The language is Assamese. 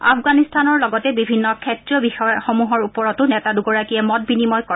আফগানিস্তানৰ লগতে বিভিন্ন ক্ষেত্ৰীয় বিষয়সমূহৰ ওপৰতো নেতা দুগৰাকীয়ে মত বিনিময় কৰে